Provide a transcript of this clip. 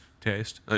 taste